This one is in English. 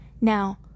Now